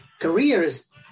careers